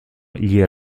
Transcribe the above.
gli